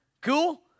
Cool